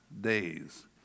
days